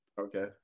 Okay